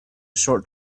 short